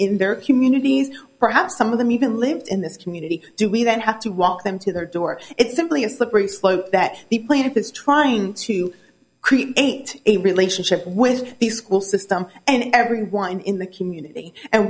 in their communities perhaps some of them even lived in this community do we then have to walk them to their door it's simply a slippery slope that the plaintiff is trying to create a relationship with the school system and everyone in the community and